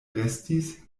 restis